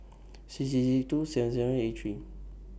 six six six two seven seven eight three